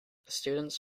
students